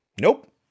Nope